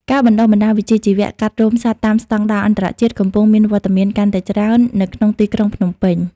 ការបណ្តុះបណ្តាលវិជ្ជាជីវៈកាត់រោមសត្វតាមស្តង់ដារអន្តរជាតិ កំពុងមានវត្តមានកាន់តែច្រើននៅក្នុងទីក្រុងភ្នំពេញ។